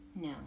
No